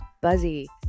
Buzzy